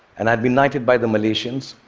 and i'd been knighted by the malaysians.